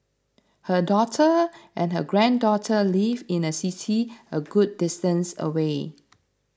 her daughter and her granddaughter live in a city a good distance away